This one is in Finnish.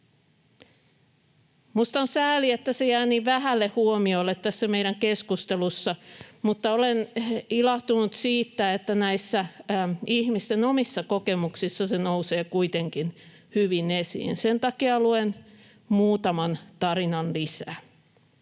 Minusta on sääli, että se jää niin vähälle huomiolle tässä meidän keskustelussamme, mutta olen ilahtunut siitä, että näissä ihmisten omissa kokemuksissa se nousee kuitenkin hyvin esiin. Sen takia luen muutaman tarinan lisää.